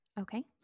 Okay